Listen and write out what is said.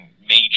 major